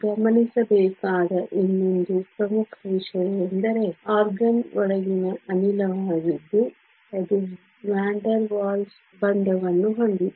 ಗಮನಿಸಬೇಕಾದ ಇನ್ನೊಂದು ಪ್ರಮುಖ ವಿಷಯವೆಂದರೆ ಆರ್ಗಾನ್ ಒಳಗಿನ ಅನಿಲವಾಗಿದ್ದು ಅದು ವ್ಯಾನ್ ಡೆರ್ ವಾಲ್ಸ್ ಬಂಧವನ್ನು ಹೊಂದಿದೆ